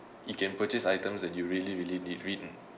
you can purchase items that you really really need